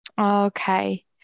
Okay